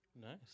Nice